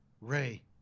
Ray